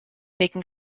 nicken